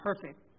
perfect